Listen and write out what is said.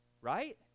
Right